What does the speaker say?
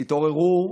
תתעוררו.